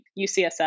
UCSF